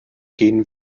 gehen